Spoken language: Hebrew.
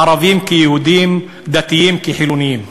ערבים כיהודים, דתיים כחילונים.